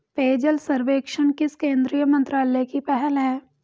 पेयजल सर्वेक्षण किस केंद्रीय मंत्रालय की पहल है?